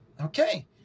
Okay